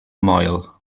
moel